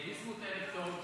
מכובדי היושב-ראש,